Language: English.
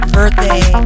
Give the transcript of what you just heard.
birthday